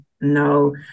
No